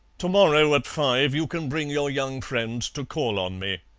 to-morrow at five you can bring your young friend to call on me.